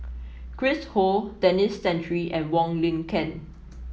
Chris Ho Denis Santry and Wong Lin Ken